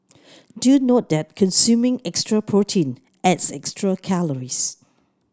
do note that consuming extra protein adds extra calories